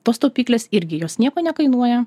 tos taupyklės irgi jos nieko nekainuoja